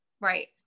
Right